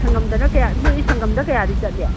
ꯁꯪꯉꯝꯗꯅ ꯀꯌꯥ ꯅꯣꯏꯗꯤ ꯁꯪꯉꯝꯗ ꯀꯌꯥꯗꯤ ꯆꯠꯂꯤ